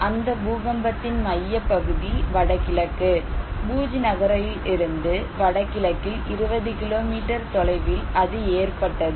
அந்த பூகம்பத்தின் மையப்பகுதி வடகிழக்கு பூஜ் நகரிலிருந்து வடகிழக்கில் 20 கிலோமீட்டர் தொலைவில் அது ஏற்பட்டது